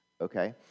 okay